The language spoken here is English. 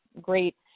great